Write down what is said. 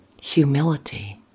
humility